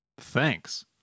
thanks